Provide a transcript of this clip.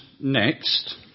next